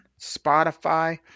Spotify